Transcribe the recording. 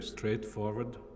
Straightforward